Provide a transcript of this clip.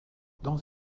dans